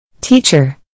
Teacher